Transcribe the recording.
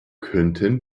könnten